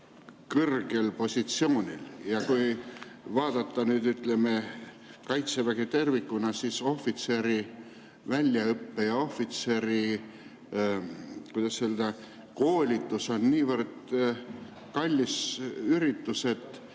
kõrgel positsioonil. Ja kui vaadata nüüd, ütleme, kaitseväge tervikuna, siis ohvitseri väljaõpe, ohvitseri, kuidas öelda, koolitus on niivõrd kallis, et